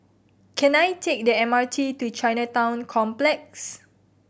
can I take the M R T to Chinatown Complex